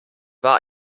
war